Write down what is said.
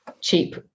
cheap